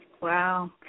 Wow